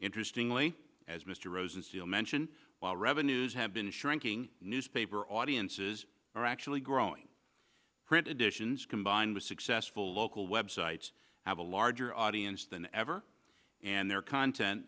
interesting really as mr rosenstiel mention while revenues have been shrinking newspaper audiences are actually growing print editions combined with successful local websites have a larger audience than ever and their content